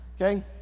Okay